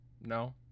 No